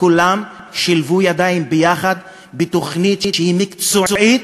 כולם שילבו ידיים יחד בתוכנית שהיא מקצועית,